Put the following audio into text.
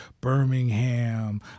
Birmingham